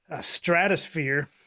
stratosphere